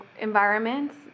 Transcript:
environments